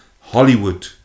Hollywood